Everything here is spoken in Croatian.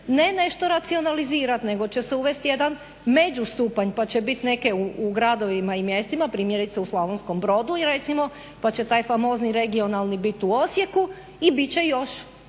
ne nešto racionalizirati nego će se uvesti jedan međustupanj pa će biti neke u gradovima i mjestima primjerice u Slavonskom brodu i recimo pa će taj famozni regionalni bit u Osijeku, i bit će još